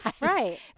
Right